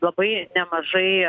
labai nemažai